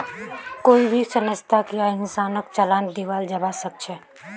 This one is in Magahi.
कोई भी संस्थाक या इंसानक चालान दियाल जबा सख छ